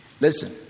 Listen